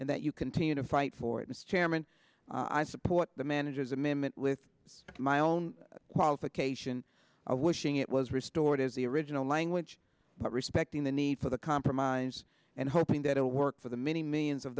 that you continue to fight for it mr chairman i support the manager's amendment with my own qualification of wishing it was restored is the original language but respecting the need for the compromise and hoping that it will work for the many millions of